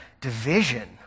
division